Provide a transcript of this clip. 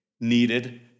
needed